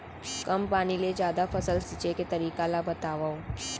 कम पानी ले जादा फसल सींचे के तरीका ला बतावव?